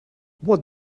what